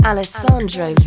Alessandro